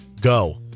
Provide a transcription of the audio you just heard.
Go